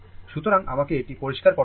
সুতরাং আমাকে এটি পরিষ্কার করতে দিন